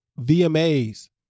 VMAs